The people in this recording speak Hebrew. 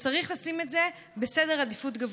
וצריך לשים את זה גבוה בסדר העדיפויות.